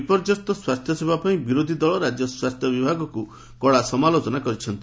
ବିପର୍ଯ୍ୟସ୍ତ ସ୍ୱାସ୍ଥ୍ୟସେବା ପାଇଁ ବିରୋଧୀ ଦଳ ରାଜ୍ୟ ସ୍ୱାସ୍ଥ୍ୟ ବିଭାଗକୁ କଡ଼ା ସମାଲୋଚନା କରିଛନ୍ତି